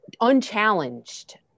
unchallenged